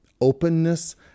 openness